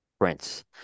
Prince